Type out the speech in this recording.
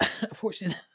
unfortunately